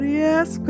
yes